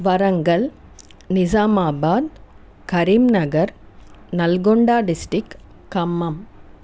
Warangal Nizamabad Karimnagar Nalgonda district Khammam